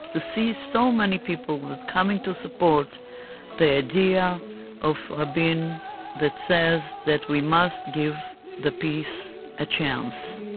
to see so many people that coming to support the idea of rabin that says that we must give the peace a chance